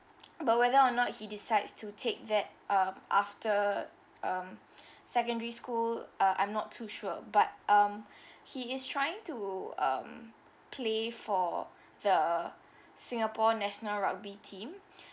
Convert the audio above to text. but whether or not he decides to take that um after um secondary school uh I'm not too sure but um he is trying to um play for the singapore national rugby team